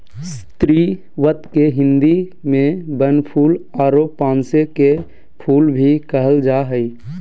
स्रीवत के हिंदी में बनफूल आरो पांसे के फुल भी कहल जा हइ